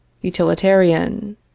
utilitarian